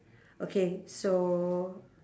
okay so